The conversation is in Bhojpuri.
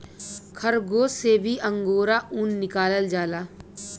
खरगोस से भी अंगोरा ऊन निकालल जाला